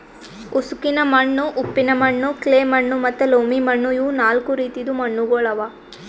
ಉಸುಕಿನ ಮಣ್ಣು, ಉಪ್ಪಿನ ಮಣ್ಣು, ಕ್ಲೇ ಮಣ್ಣು ಮತ್ತ ಲೋಮಿ ಮಣ್ಣು ಇವು ನಾಲ್ಕು ರೀತಿದು ಮಣ್ಣುಗೊಳ್ ಅವಾ